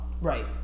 Right